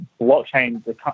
blockchain